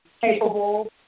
capable